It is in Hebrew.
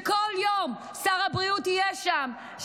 שכל יום שר הבריאות יהיה שם,